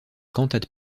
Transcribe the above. cantates